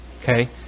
Okay